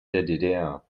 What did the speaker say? der